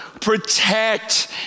protect